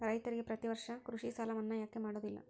ರೈತರಿಗೆ ಪ್ರತಿ ವರ್ಷ ಕೃಷಿ ಸಾಲ ಮನ್ನಾ ಯಾಕೆ ಮಾಡೋದಿಲ್ಲ?